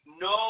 No